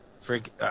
Freak